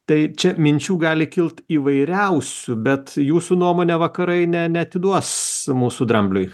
tai čia minčių gali kilt įvairiausių bet jūsų nuomone vakarai ne neatiduos mūsų drambliui